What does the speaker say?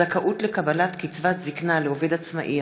זכאות לקבלת קצבת זקנה לעובד עצמאי),